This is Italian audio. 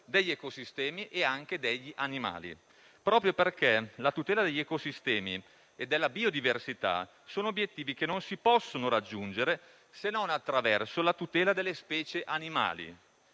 degli ecosistemi e anche degli animali, proprio perché la tutela degli ecosistemi e della biodiversità sono obiettivi che non si possono raggiungere se non attraverso la tutela delle specie animali.